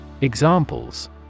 Examples